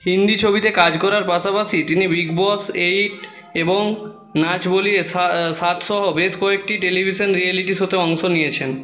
হিন্দি ছবিতে কাজ করার পাশাপাশি তিনি বিগ বস এইট এবং নাচ বলিয়ে সা সাত সহ বেশ কয়েকটি টেলিভিশন রিয়েলিটি শোতে অংশ নিয়েছেন